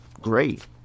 great